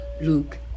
Luke